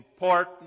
important